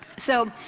so